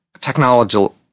technological